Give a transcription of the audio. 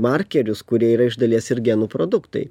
markerius kurie yra iš dalies ir genų produktai